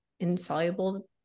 insoluble